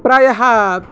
प्रायः